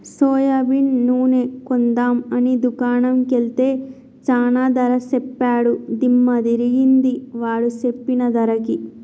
soybean నూనె కొందాం అని దుకాణం కెల్తే చానా ధర సెప్పాడు దిమ్మ దిరిగింది వాడు సెప్పిన ధరకి